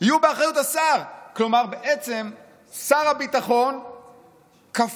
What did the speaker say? יהיו באחריות השר, כלומר שר הביטחון כפוף